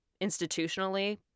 institutionally